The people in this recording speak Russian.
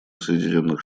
соединенных